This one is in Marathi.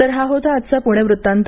तर हा होता आजचा पुणे वृत्तांत